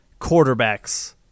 quarterbacks